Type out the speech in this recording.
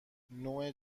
نوع